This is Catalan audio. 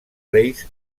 reis